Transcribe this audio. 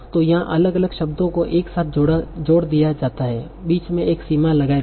तो यहाँ अलग अलग शब्दों को एक साथ जोड़ दिया जाता है बीच में एक सीमा लगाए बिना